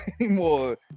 anymore